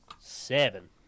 Seven